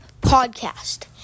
podcast